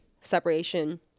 separation